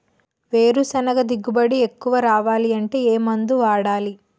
వేరుసెనగ దిగుబడి ఎక్కువ రావాలి అంటే ఏ మందు వాడాలి?